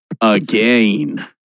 again